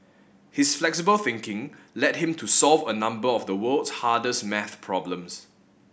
his flexible thinking led him to solve a number of the world's hardest maths problems